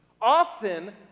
Often